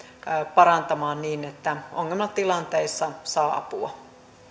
parantamaan niin että ongelmatilanteissa saa apua